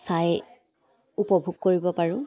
চাই উপভোগ কৰিব পাৰোঁ